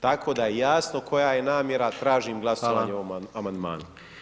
Tako da je jasno koja je namjera, tražim glasovanje o ovom amandmanu.